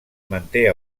manté